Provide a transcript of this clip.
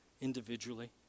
individually